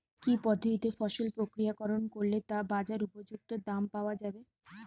কি পদ্ধতিতে ফসল প্রক্রিয়াকরণ করলে তা বাজার উপযুক্ত দাম পাওয়া যাবে?